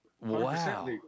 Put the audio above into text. Wow